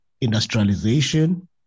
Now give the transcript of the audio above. industrialization